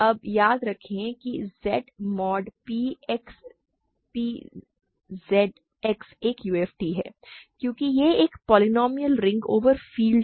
अब याद रखें कि Z mod p Z X एक UFD है क्योंकि यह एक पोलीनोमिअल रिंग ओवर फील्ड है